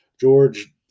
george